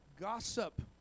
gossip